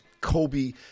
Kobe